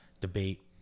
debate